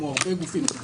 כמו הרבה גופים.